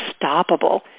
unstoppable